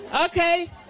Okay